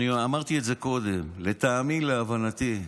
וגם אמרתי את זה קודם: לטעמי, להבנתי,